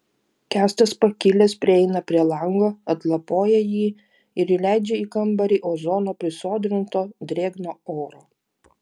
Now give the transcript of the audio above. kęstas pakilęs prieina prie lango atlapoja jį ir įleidžia į kambarį ozono prisodrinto drėgno oro